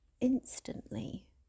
instantly